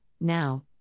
now